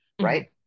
right